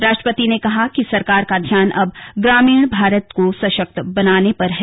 राष्ट्रपति ने कहा कि सरकार का ध्याान अब ग्रामीण भारत को सशक्त बनाने पर है